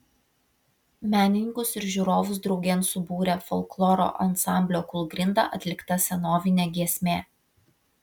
menininkus ir žiūrovus draugėn subūrė folkloro ansamblio kūlgrinda atlikta senovinė giesmė